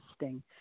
interesting